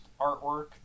artwork